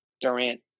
Durant